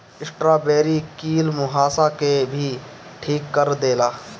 strawberry कील मुंहासा के भी ठीक कर देला